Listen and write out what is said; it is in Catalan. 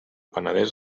penedès